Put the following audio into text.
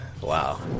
Wow